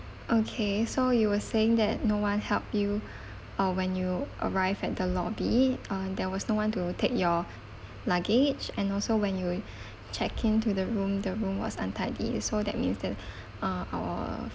okay so you were saying that no one help you uh when you arrived at the lobby uh there was no one to take your luggage and also when you uh check in to the room the room was untidy so that means that uh our